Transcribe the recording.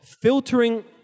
filtering